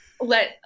let